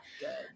good